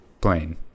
plane